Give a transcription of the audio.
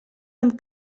amb